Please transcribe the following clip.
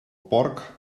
porc